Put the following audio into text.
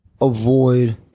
avoid